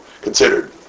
considered